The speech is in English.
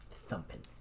thumping